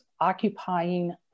occupying